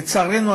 לצערנו,